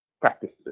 practices